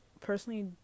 personally